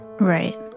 Right